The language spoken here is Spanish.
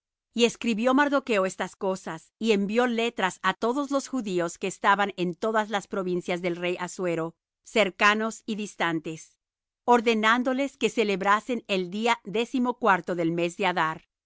y escribió mardocho estas cosas y envió letras á todos los judíos que estaban en todas las provincias del rey assuero cercanos y distantes ordenándoles que celebrasen el día décimocuarto del mes de adar